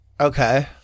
Okay